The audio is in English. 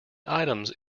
items